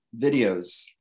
videos